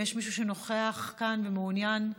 האם יש מישהו שנוכח כאן ומעוניין,